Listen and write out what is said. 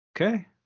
Okay